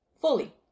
Fully